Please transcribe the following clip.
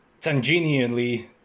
tangentially